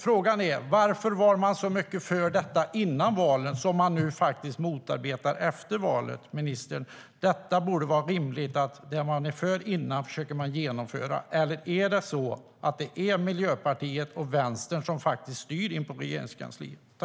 Frågan är: Varför var man så mycket för detta före valet när man nu efter valet motarbetar det, ministern? Det borde vara rimligt att det man är för tidigare försöker man sedan genomföra. Eller är det Miljöpartiet och Vänstern som faktiskt styr inne på Regeringskansliet?